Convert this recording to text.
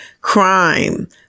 crime